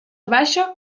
baixa